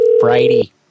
Friday